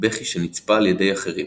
בכי שנצפה על ידי אחרים